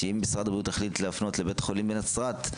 אם משרד הבריאות יחליט להפנות לבית חולים בנצרת,